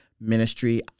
ministry